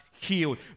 healed